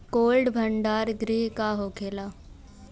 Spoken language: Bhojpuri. कोल्ड भण्डार गृह का होखेला?